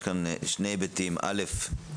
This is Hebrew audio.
פה שני היבטים אל"ף,